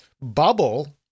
bubble